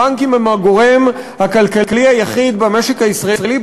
הבנקים הם הגורם הכלכלי היחיד במשק הישראלי,